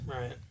Right